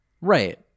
Right